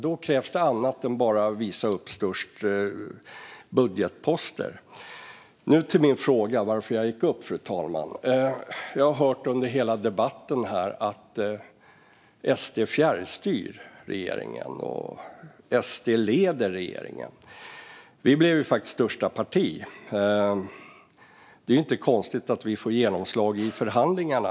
Det krävs annat än att bara visa upp störst budgetposter. Fru talman! Jag vill ställa en fråga. Jag har under hela debatten hört sägas att SD skulle fjärrstyra regeringen och leda regeringen. Vi blev faktiskt största parti av samarbetspartierna. Det är inte konstigt att det får genomslag i förhandlingarna.